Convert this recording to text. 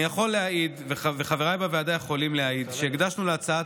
אני יכול להעיד וחבריי בוועדה יכולים להעיד שהקדשנו להצעת